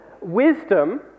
Wisdom